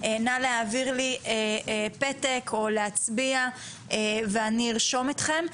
נא להעביר לי פתק או להצביע ואני ארשום אתכם,